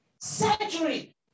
Surgery